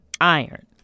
iron